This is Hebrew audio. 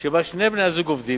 שבה שני בני-הזוג עובדים,